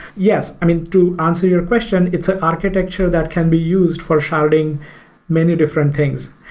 yes. i mean, to answer your question, it's an architecture that can be used for sharding many different things.